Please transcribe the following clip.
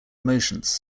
emotions